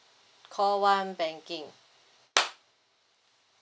call one banking